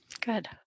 Good